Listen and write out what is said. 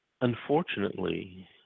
unfortunately